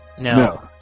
No